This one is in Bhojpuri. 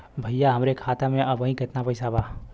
भईया हमरे खाता में अबहीं केतना पैसा बा?